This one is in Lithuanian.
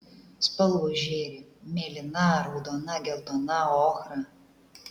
spalvos žėri mėlyna raudona geltona ochra